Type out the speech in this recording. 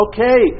Okay